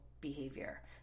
behavior